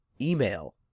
email